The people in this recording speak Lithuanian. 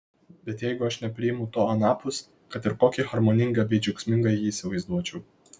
bet jeigu aš nepriimu to anapus kad ir kokį harmoningą bei džiaugsmingą jį įsivaizduočiau